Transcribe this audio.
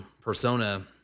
persona